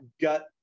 gut